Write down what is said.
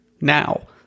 now